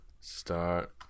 Start